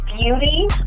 beauty